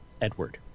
Edward